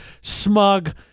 smug